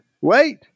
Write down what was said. Wait